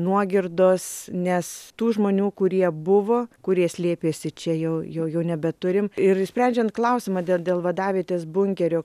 nuogirdos nes tų žmonių kurie buvo kurie slėpėsi čia jau jau jų nebeturim ir sprendžiant klausimą dė dėl vadavietės bunkerio